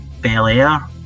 Belair